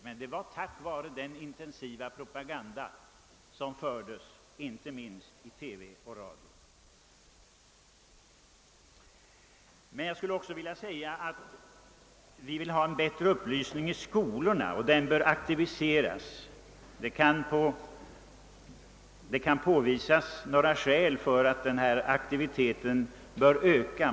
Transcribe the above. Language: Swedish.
Men det var tack vare den intensiva propaganda som fördes, inte minst i TV och radio. Vi vill emellertid också ha en bättre upplysning i skolorna. Det kan påvisas flera skäl för att denna aktivitet bör ökas.